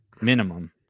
minimum